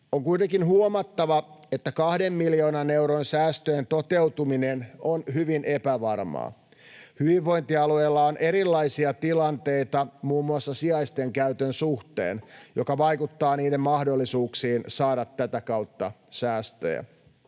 On kuitenkin huomattava, että kahden miljoonan euron säästöjen toteutuminen on hyvin epävarmaa. Hyvinvointialueella on erilaisia tilanteita muun muassa sijaisten käytön suhteen, mikä vaikuttaa niiden mahdollisuuksiin saada tätä kautta säästöjä.